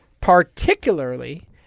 particularly